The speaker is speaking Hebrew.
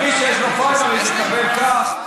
מי שיש לו פריימריז יקבל כך,